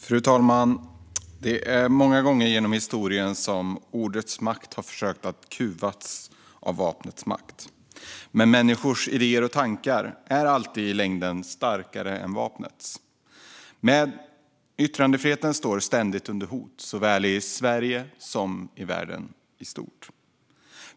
Fru talman! Många gånger genom historien har försök gjorts av vapnets makt att kuva ordets makt. Men människors idéer och tankar är alltid i längden starkare än vapnet. Yttrandefriheten är ständigt under hot, såväl i Sverige som i världen i stort.